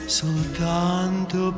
soltanto